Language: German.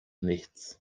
nichts